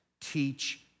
teach